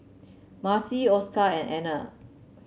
Marcie Oscar and Anna